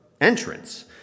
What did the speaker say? entrance